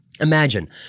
Imagine